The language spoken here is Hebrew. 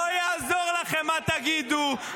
לא יעזור לכם מה תגידו.